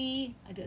no our